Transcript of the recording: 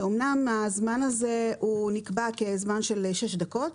שאמנם הזמן הזה נקבע כזמן של שש דקות,